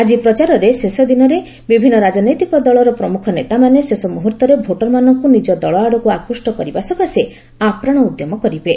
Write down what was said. ଆଜି ପ୍ରଚାରର ଶେଷଦିନରେ ବିଭିନ୍ନ ରାଜନୈତିକ ଦଳର ପ୍ରମୁଖ ନେତାମାନେ ଶେଷ ମୁହୂର୍ତ୍ତରେ ଭୋଟରମାନଙ୍କୁ ନିଜ ଦଳ ଆଡ଼କୁ ଆକୃଷ୍ଟ କରିବା ସକାଶେ ଆପ୍ରାଣ ଉଦ୍ୟମ କରିବେ